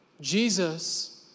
Jesus